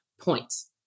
points